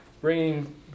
bringing